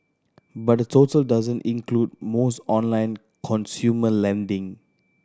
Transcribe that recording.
but the total doesn't include most online consumer lending